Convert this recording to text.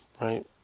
right